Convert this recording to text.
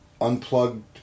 unplugged